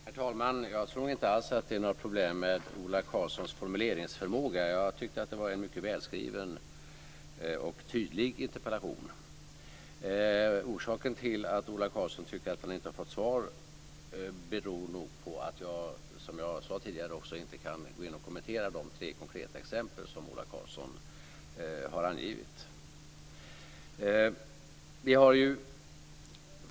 Herr talman! Jag tror inte alls att det är några problem med Ola Karlssons formuleringsförmåga. Det är en mycket välskriven och tydlig interpellation. Orsaken till att Ola Karlsson tycker att han inte har fått svar är nog att jag, som jag tidigare sagt, inte kan kommentera de tre konkreta exempel som Ola Karlsson har angivit.